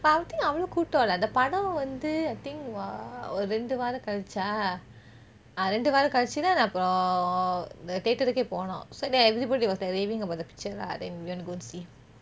but I think அவளோ கூட்டம் இல்லை அந்த படம் வந்து:avalo kootem illai anthe padam vanthu I think wa~ ஒரு ரெண்டு வாரம் கழிச்சா ரெண்டு வாரம் கழிச்சித்தான் அப்புறம்: oru rendu vaaram kazhichi rendu vaaram kazhichitaan apurom the theatre ற்கே போனோம்:rkeh ponom so then everybody was like raving about the picture lah so went to go and see